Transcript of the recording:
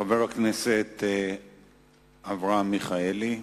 חבר הכנסת אברהם מיכאלי.